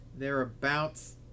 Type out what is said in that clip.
Thereabouts